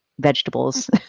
vegetables